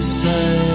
say